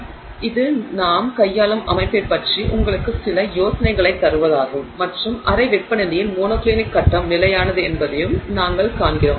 எனவே இது நாங்கள் கையாளும் அமைப்பைப் பற்றி உங்களுக்கு சில யோசனைகளைத் தருவதாகும் மற்றும் அறை வெப்பநிலையில் மோனோக்ளினிக் கட்டம் நிலையானது என்பதையும் நாங்கள் காண்கிறோம்